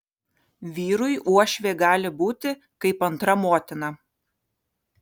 vyrui uošvė gali būti kaip antra motina